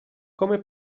come